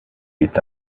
est